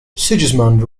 sigismund